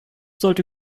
sollte